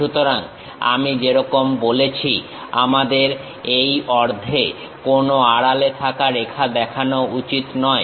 সুতরাং আমি যেরকম বলেছি আমাদের এই অর্ধে কোনো আড়ালে থাকা রেখা দেখানো উচিত নয়